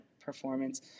performance